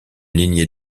lignée